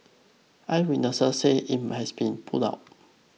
eyewitnesses say it has been put out